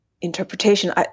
interpretation